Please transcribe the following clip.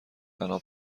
فنا